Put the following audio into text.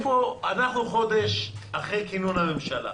אנחנו חודש אחרי כינון הממשלה.